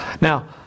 Now